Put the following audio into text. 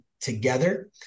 together